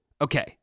Okay